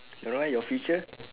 you know your future